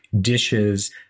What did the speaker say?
dishes